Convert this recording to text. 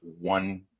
one